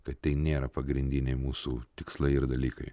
kad tai nėra pagrindiniai mūsų tikslai ir dalykai